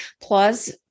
Plus